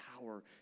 power